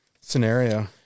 scenario